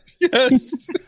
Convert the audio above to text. Yes